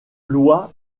loi